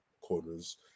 corners